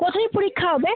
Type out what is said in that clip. কোথায় পরীক্ষা হবে